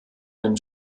einem